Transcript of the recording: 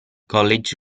college